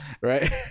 right